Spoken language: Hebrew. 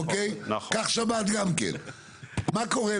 מה קורה?